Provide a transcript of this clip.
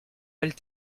elles